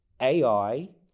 AI